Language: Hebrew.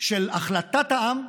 של החלטת העם.